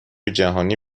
جهانی